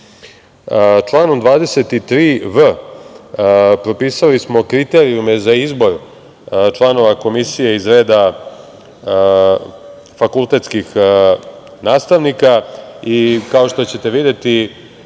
nauka. Članom 23v propisali smo kriterijume za izbor članova komisije iz reda fakultetskih nastavnika i, kao što ćete videti,